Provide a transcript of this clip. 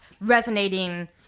resonating